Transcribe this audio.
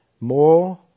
more